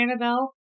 Annabelle